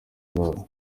zabo